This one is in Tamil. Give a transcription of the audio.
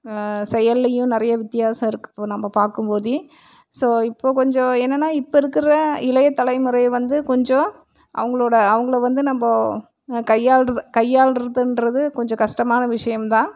செயல்லேயும் நிறைய வித்தியாசம் இருக்குது இப்போ நம்ம பார்க்கும் போது ஸோ இப்போது கொஞ்சம் என்னென்னா இப்போ இருக்கிற இளைய தலைமுறை வந்து கொஞ்சம் அவங்களோட அவங்கள வந்து நம்ம கையாள்றது கையாள்றதுன்றது கொஞ்சம் கஷ்டமான விஷயம் தான்